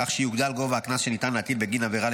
כך שיוגדל גובה הקנס שניתן להטיל בגין עבירה על